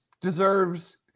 deserves